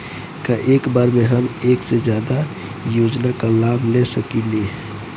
का एक बार में हम एक से ज्यादा योजना का लाभ ले सकेनी?